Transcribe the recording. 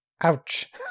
ouch